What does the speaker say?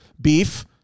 beef